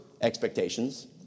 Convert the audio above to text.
expectations